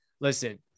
listen